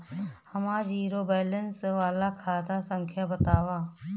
हमार zero balance वाला खाता संख्या वतावा?